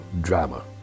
drama